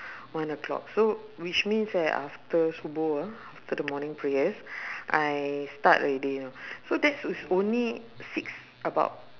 one o'clock so which means that after subuh after the morning prayers I start already you know so that is only six about